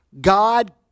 God